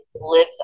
lives